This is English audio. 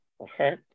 Okay